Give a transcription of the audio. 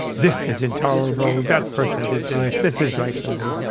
this is intolerable, that person did this, this is like something.